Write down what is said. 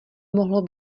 mohlo